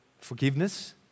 forgiveness